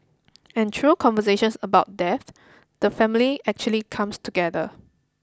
and through conversations about death the family actually comes together